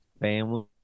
family